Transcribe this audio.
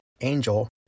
Angel